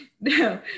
no